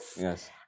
Yes